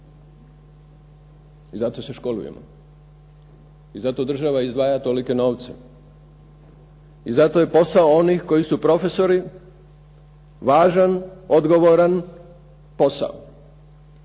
I zato se školujemo, i zato država izdvaja tolike novce i zato je posao onih koji su profesori važan, odgovoran posao.